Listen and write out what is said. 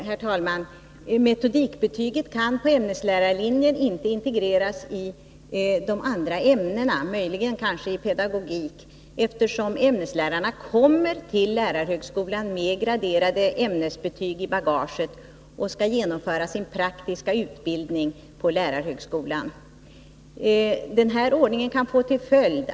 Herr talman! Metodikbetyget kan på ämneslärarlinjen inte integreras i de andra ämnenas betyg, möjligen i pedagogikbetyget, eftersom ämneslärarna kommer till lärarhögskolan med graderade ämnesbetyg i bagaget och skall genomföra sin praktiska utbildning på lärarhögskolan.